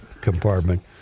compartment